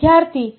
ವಿದ್ಯಾರ್ಥಿ